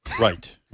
Right